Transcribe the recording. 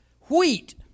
wheat